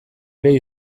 ere